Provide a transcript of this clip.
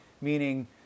Meaning